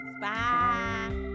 Bye